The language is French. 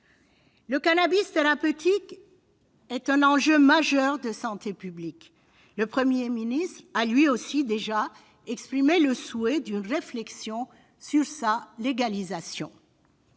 Le cannabis thérapeutique est un enjeu majeur de santé publique. Le Premier ministre a, lui aussi, déjà exprimé le souhait qu'une réflexion soit engagée quant